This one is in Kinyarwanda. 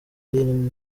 ari